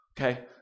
Okay